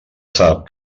sap